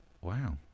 wow